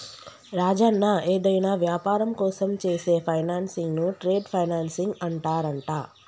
రాజన్న ఏదైనా వ్యాపారం కోసం చేసే ఫైనాన్సింగ్ ను ట్రేడ్ ఫైనాన్సింగ్ అంటారంట